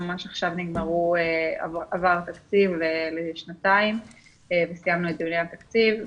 ממש עכשיו עבר התקציב לשנתיים וסיימנו את דיוני התקציב.